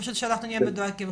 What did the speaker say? פשוט שאנחנו נהיה מדויקים.